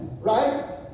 Right